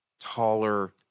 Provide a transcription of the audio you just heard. taller